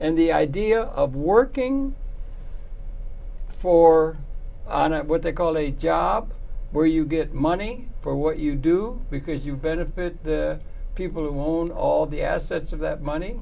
and the idea of working for what they call a job where you get money for what you do because you benefit the people who own all the assets of that money